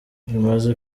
mumaze